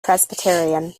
presbyterian